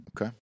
Okay